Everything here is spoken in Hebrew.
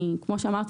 כמו שאמרתי,